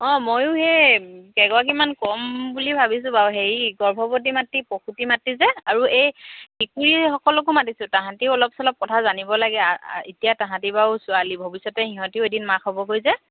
অঁ ময়ো সেই কেইগৰাকীমান ক'ম বুলি ভাবিছোঁ বাৰু হেৰি গৰ্ভৱতী মাতৃ প্ৰসুতি মাতৃ যে আৰু এই কিশোৰীসকলকো মাতিছোঁ তাহাঁতেও অলপ চলপ কথা জানিব লাগে এতিয়া তাহাঁতে বাৰু ছোৱালী ভৱিষ্যতে সিহঁতেও এদিন মাক হ'বগৈ যে